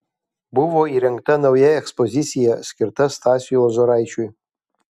buvo įrengta nauja ekspozicija skirta stasiui lozoraičiui